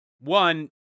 one